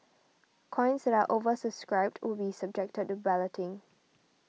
coins that are oversubscribed will be subjected to balloting